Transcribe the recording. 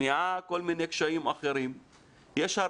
שמיעה וכל מיני קשיים אחרים.